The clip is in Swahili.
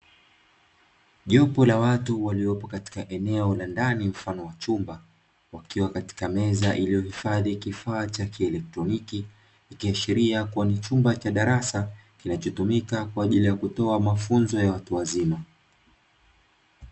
Jopo la watu waliopo katika eneo la ndani mfano wa chumba, wakiwa katika meza iliyohifadhi kifaa cha kielektroniki. Ikiashiria kuwa ni chumba cha darasa, kinachotumika kwa ajili ya kutoa mafunzo ya watu wazima.